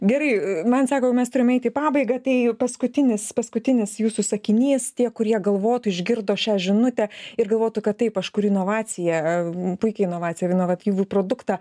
gerai man sako mes turim eiti į pabaigą tai paskutinis paskutinis jūsų sakinys tie kurie galvotų išgirdo šią žinutę ir galvotų kad taip aš kariu inovaciją puikią inovaciją inovatyvų produktą